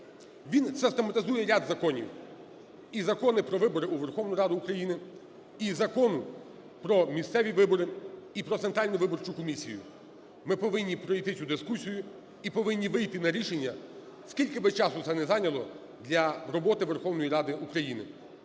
Він систематизує ряд законів. І закони про вибори у Верховну Раду України, і закони про місцеві вибори і про Центральну виборчу комісію. Ми повинні пройти цю дискусію і повинні вийти на рішення, скільки би це часу не зайняло для роботи Верховної Ради України.